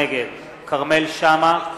נגד כרמל שאמה,